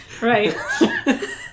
Right